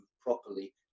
properly